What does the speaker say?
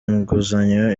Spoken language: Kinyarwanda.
inguzanyo